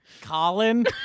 Colin